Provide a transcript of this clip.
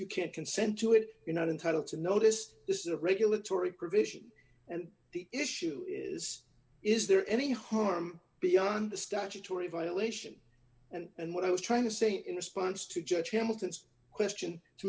you can't consent to it you're not entitled to notice this is a regulatory provision and the issue is is there any harm beyond the statutory violation and what i was trying to say in response to judge hamilton's question